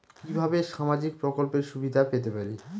কিভাবে সামাজিক প্রকল্পের সুবিধা পেতে পারি?